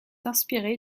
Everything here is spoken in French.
inspiré